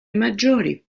maggiori